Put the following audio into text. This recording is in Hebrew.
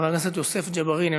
חבר הכנסת יוסף ג'בארין,